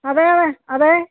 അതെ അതെ